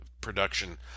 production